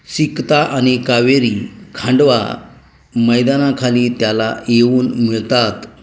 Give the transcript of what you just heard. सिकता आणि कावेरी खांडवा मैदानाखाली त्याला येऊन मिळतात